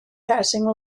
passing